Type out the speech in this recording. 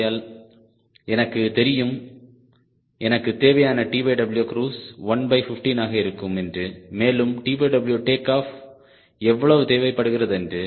ஆகையால் எனக்கு தெரியும் எனக்கு தேவையானTW க்ரூஸ் 115 ஆக இருக்கும் என்று மேலும்TW டேக் ஆஃப் எவ்வளவு தேவைப்படுகிறது என்று